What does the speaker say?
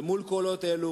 ומול קולות אלה